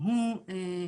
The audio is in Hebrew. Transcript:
הוא